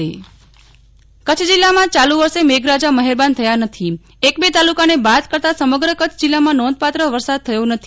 નેહ્લ ઠક્કર હવા માન કચ્છ જીલ્લામા ચાલુ વર્ષે મેઘરાજા મહેરબાન થયા નથી એક બે તાલુકાને બાદ કરતાં સમગ્ર કચ્છ જિલ્લામાં નોંધપાત્ર વરસાદ થયો નથી